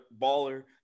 baller